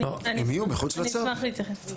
אני אשמח להתייחס.